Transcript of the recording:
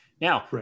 Now